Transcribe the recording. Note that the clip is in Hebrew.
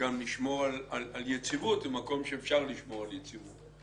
גם לשמור על יציבות במקום שאפשר לשמור על יציבות.